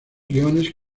guiones